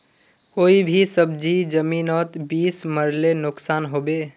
कोई भी सब्जी जमिनोत बीस मरले नुकसान होबे?